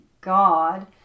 God